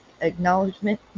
acknowledgement